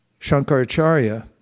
Shankaracharya